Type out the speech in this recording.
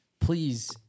please